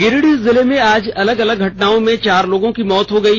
गिरिडीह जिले में आज अलग अलग घटनाओं में चार लोगों की मौत हो गयी